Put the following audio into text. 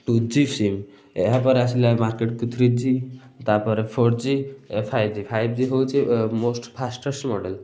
two G SIM ଏହାପରେ ଆସିଲା ମାର୍କେଟ୍କୁ ଥ୍ରୀ ଜି ତା'ପରେ ଫୋର୍ ଜି ଏବେ ଫାଇବ୍ ଜି ଫାଇବ୍ ଜି ହେଉଛି ମୋଷ୍ଟ ଫାଷ୍ଟେଷ୍ଟ ମଡ଼େଲ୍